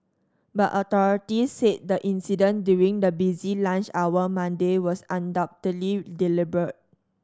but authorities said the incident during the busy lunch hour Monday was undoubtedly deliberate